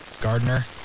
Gardner